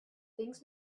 things